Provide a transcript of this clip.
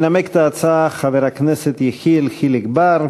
ינמק את ההצעה חבר הכנסת יחיאל חיליק בר.